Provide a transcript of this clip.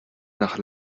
nach